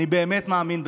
אני באמת מאמין בזה.